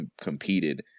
competed